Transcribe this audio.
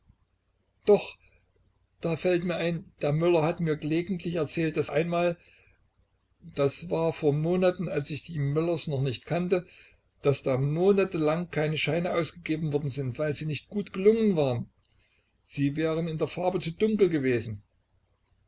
doch da fällt mir ein der möller hat mir gelegentlich erzählt daß einmal das war vor monaten als ich die möllers noch nicht kannte daß da monatelang keine scheine ausgegeben worden sind weil sie nicht gut gelungen waren sie wären in der farbe zu dunkel gewesen